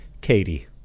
Katie